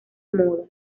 moda